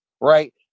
right